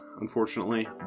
unfortunately